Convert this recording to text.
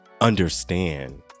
understand